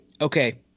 Okay